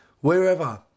wherever